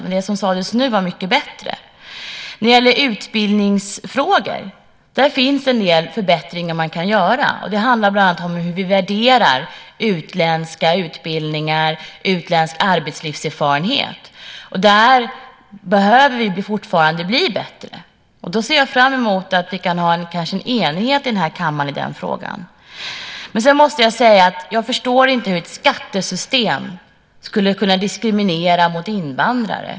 Däremot var det som nu sades mycket bättre. När det gäller utbildningsfrågor finns det en del förbättringar man kan göra. Det handlar bland annat om hur vi värderar utländska utbildningar och utländsk arbetslivserfarenhet. Där behöver vi fortfarande bli bättre. Därför ser jag fram emot att kanske få enighet i kammaren i den frågan. Sedan måste jag säga att jag inte förstår hur ett skattesystem skulle kunna vara diskriminerande mot invandrare.